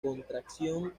contracción